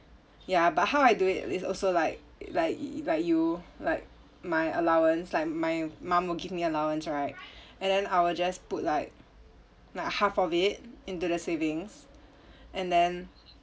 ya but how I do it is also like like like you like my allowance like my mum will give me allowance right and then I will just put like like half of it into the savings and then